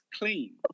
clean